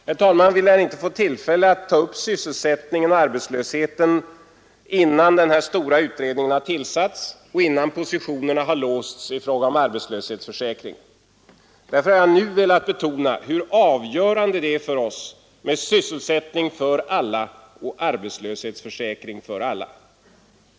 Herr talman! Vi lär inte få något nytt tillfälle att i kammaren ta upp sysselsättningen och arbetslösheten innan den stora utredningen tillsatts och innan positionerna låsts i fråga om arbetslöshetsförsäkringen. Därför har jag nu velat betona hur avgörande för oss detta är med sysselsättning för alla och arbetslöshetsförsäkring för alla.